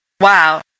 wow